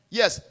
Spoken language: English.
yes